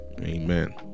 Amen